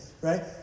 Right